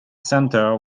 center